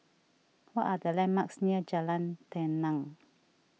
what are the landmarks near Jalan Tenang